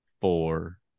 four